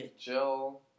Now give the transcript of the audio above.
jill